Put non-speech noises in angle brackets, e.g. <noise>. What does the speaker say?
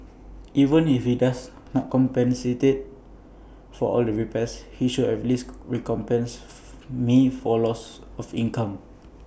even if he does not compensate for all the repairs he should at least recompense <noise> me for loss of income